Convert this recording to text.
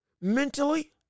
mentally